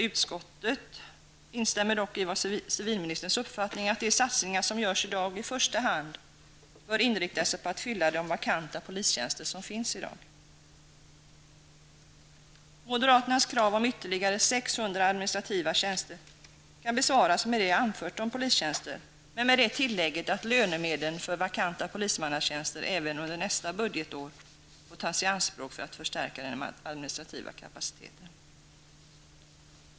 Utskottet instämmer dock i civilminsterns uppfattning, att de satstningar som görs i dag i första hand bör inrikta sig på att fylla de vakanta polistjänster som finns i dag. administrativa tjänster kan besvaras med vad jag anfört om polistjänster, med det tillägget att lönemedel för vakanta polismannatjänster även under nästa budgetår får tas i anspråk för att förstärka den administrativa kapaciteten.